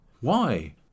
Why